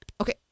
Okay